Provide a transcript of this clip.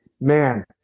Man